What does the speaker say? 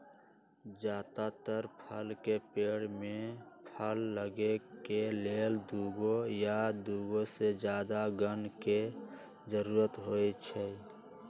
जदातर फल के पेड़ में फल लगे के लेल दुगो या दुगो से जादा गण के जरूरत होई छई